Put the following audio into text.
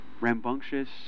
rambunctious